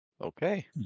Okay